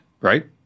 right